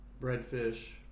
redfish